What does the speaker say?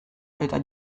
eta